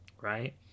right